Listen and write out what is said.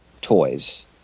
toys